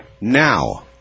now